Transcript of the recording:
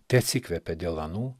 teatsikvepia dėl anų